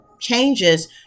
changes